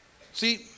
See